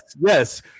yes